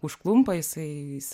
užklumpa jisai jis